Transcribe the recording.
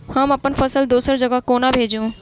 हम अप्पन फसल दोसर जगह कोना भेजू?